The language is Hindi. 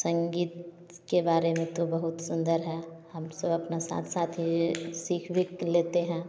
संगीत के बारे में तो बहुत सुंदर है हम सब अपना साथ साथ ही सीख वीख लेते हैं